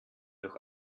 doch